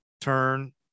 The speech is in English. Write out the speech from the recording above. turn